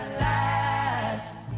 last